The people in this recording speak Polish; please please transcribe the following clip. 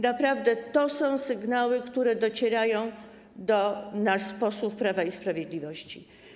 Naprawdę są sygnały, które docierają do nas, posłów Prawa i Sprawiedliwości.